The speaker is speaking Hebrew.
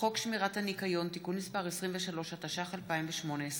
חוק שמירת הניקיון (תיקון מס' 23), התשע"ח 2018,